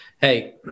hey